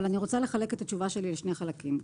אבל אני רוצה לחלק את התשובה שלי לשני חלקים.